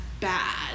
bad